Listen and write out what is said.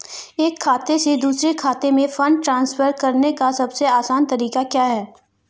एक खाते से दूसरे खाते में फंड ट्रांसफर करने का सबसे आसान तरीका क्या है?